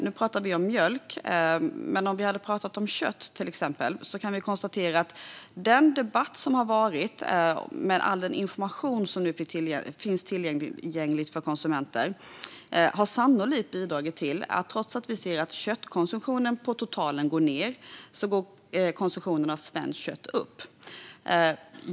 Nu pratar vi om mjölk, men för att ta kött som exempel kan vi konstatera att den debatt som har förts, med all den information som nu finns tillgänglig för konsumenter, sannolikt har bidragit till att konsumtionen av svenskt kött går upp trots att köttkonsumtionen på totalen går ned.